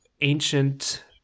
ancient